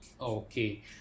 Okay